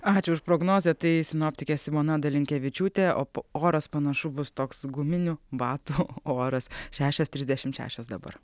ačiū už prognozę tai sinoptikė simona dalinkevičiūtė o oras panašu bus toks guminių batų oras šešios trisdešimt šešios dabar